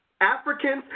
Africans